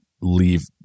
leave